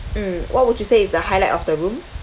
mm what would you say is the highlight of the room